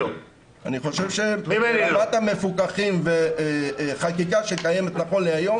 ועדת המפוקחים וחקיקה שקיימת נכון להיום